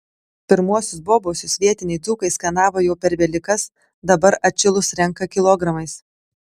pirmuosius bobausius vietiniai dzūkai skanavo jau per velykas dabar atšilus renka kilogramais